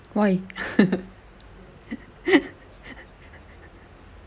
why